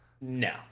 No